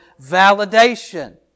Validation